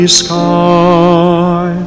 sky